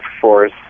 force